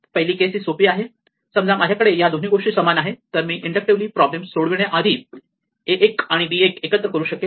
पहिली केस ही सोपी आहे समजा माझ्याकडे या दोन गोष्टी समान आहेत तर मी इंडक्टिव्हली प्रॉब्लेम सोडवण्याआधी a 1 आणि b 1 हे एकत्र करू शकेन